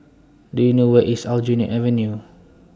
Do YOU know Where IS Aljunied Avenue